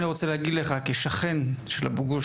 אני רוצה להגיד לך כשכן של אבו גוש,